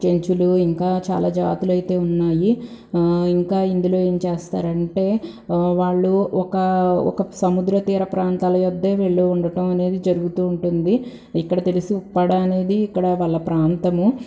చెంచులు ఇంకా చాలా జాతులైతే ఉన్నాయి ఆ ఇంకా ఇందులో ఏం చేస్తారంటే వాళ్ళు ఒక ఒక సముద్రతీరం ప్రాంతాల యొద్ద వీళ్ళు ఉండటం జరుగుతూ ఉంటుంది ఇక్కడ తెలిసి ఉప్పాడ అనేది ఇక్కడ వాళ్ళ ప్రాంతము